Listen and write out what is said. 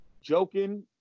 joking